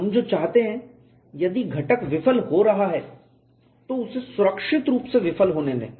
हम जो चाहते हैं यदि घटक विफल हो रहा है तो उसे सुरक्षित रूप से विफल होने दें